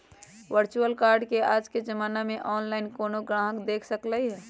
virtual card के आज के जमाना में ऑनलाइन कोनो गाहक देख सकलई ह